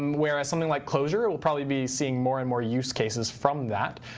whereas something like closure, we'll probably be seeing more and more use cases from that,